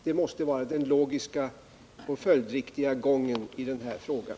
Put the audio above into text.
Det måste vara den logiska och följdriktiga gången i den här frågan.